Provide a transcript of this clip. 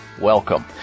Welcome